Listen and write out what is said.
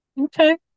Okay